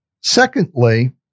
Secondly